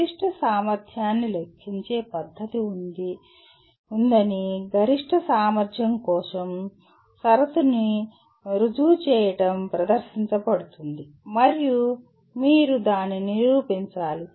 గరిష్ట సామర్థ్యాన్ని లెక్కించే పద్ధతి ఉందని గరిష్ట సామర్థ్యం కోసం షరతుని రుజువు చేయడం ప్రదర్శించబడుతుంది మరియు మీరు దానిని నిరూపించాలి